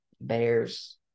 Bears